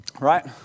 right